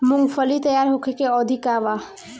मूँगफली तैयार होखे के अवधि का वा?